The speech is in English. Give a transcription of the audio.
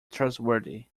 trustworthy